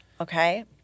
Okay